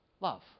love